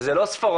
זה לא ספוראדי,